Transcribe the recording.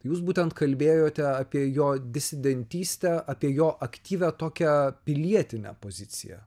jūs būtent kalbėjote apie jo disidentystę apie jo aktyvią tokią pilietinę poziciją